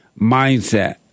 mindset